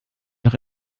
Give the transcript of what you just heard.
noch